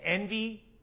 envy